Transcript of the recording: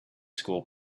school